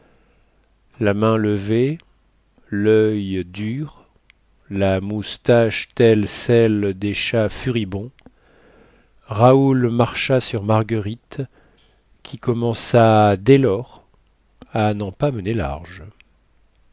la main levée loeil dur la moustache telle celle des chats furibonds raoul marcha sur marguerite qui commença dès lors à nen pas mener large